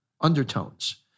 undertones